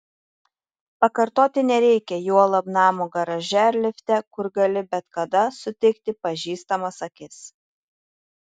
pakartoti nereikia juolab namo garaže ar lifte kur gali bet kada sutikti pažįstamas akis